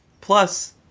Plus